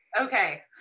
Okay